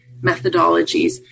methodologies